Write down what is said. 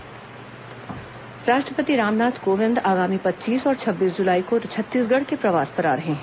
राष्ट्रपति छत्तीसगढ़ राष्ट्रपति रामनाथ कोविंद आगामी पच्चीस और छब्बीस जुलाई को छत्तीसगढ़ के प्रवास पर आ रहे हैं